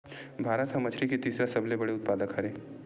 भारत हा मछरी के तीसरा सबले बड़े उत्पादक हरे